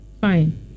fine